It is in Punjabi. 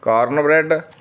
ਕਾਰਨ ਬਰੈਡ